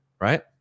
Right